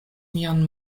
mian